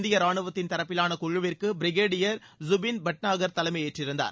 இந்திய ராணுவத்தின் தரப்பிலான குழுவிற்கு பிரிகேடியர் ஜூபின் பட்நாகர் தலைமை ஏற்றிருந்தார்